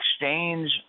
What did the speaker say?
exchange